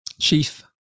chief